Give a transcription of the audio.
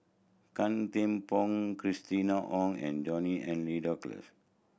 Gan Thiam Poh Christina Ong and John Henry Duclos